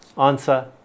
Answer